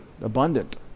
abundant